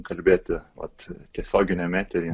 kalbėti vat tiesioginiam etery